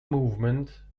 movement